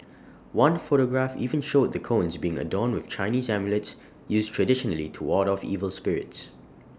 one photograph even showed the cones being adorn with Chinese amulets used traditionally to ward off evil spirits